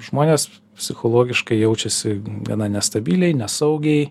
žmonės psichologiškai jaučiasi gana nestabiliai nesaugiai